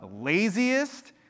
laziest